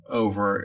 over